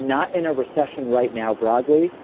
not in a recession right now broadly,